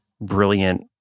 brilliant